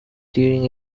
during